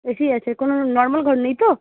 এ C আছে কোনো normal ঘর নেই তো